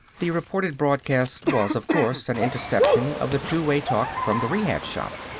the reported broadcast was, of course, an interception of the two-way talk from the rehab shop.